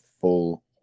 full